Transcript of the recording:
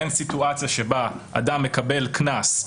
בין סיטואציה שבה אדם מקבל קנס,